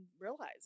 realize